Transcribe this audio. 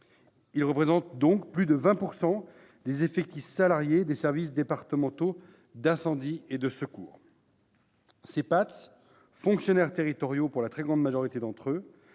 qui représentent plus de 20 % des effectifs salariés des services départementaux d'incendie et de secours. Ces PATS, fonctionnaires territoriaux pour la très grande majorité d'entre eux,